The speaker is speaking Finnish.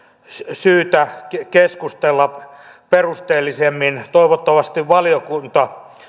syytä keskustella perusteellisemmin toivottavasti valiokunta